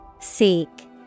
Seek